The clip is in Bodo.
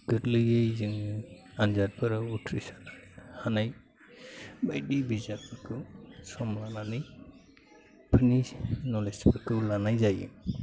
गोरलैयै जोङो आनजादफोराव उथ्रिसारनो हानाय बायदि बिजाबफोरखौ सम लानानै बेफोरनि नलेजफोरखौ लानाय जायो